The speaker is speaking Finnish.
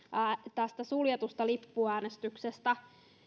tästä suljetusta lippuäänestyksestä